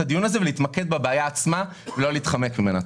הדיון הזה ולהתמקד בבעיה עצמה ולא להתחמק ממנה.